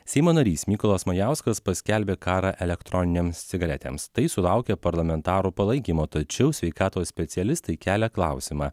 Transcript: seimo narys mykolas majauskas paskelbė karą elektroninėms cigaretėms tai sulaukė parlamentarų palaikymo tačiau sveikatos specialistai kelia klausimą